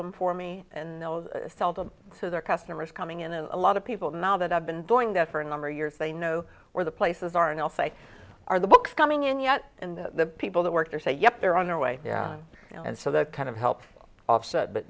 them for me and sell them to their customers coming in and a lot of people now that i've been doing that for a number of years they know where the places are and i'll say are the books coming in yet and the people that work there say yep they're on their way and so they're kind of help offset but